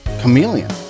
chameleon